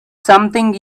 something